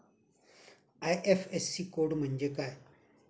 IFSC code म्हणजे काय?